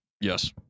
Yes